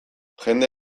jende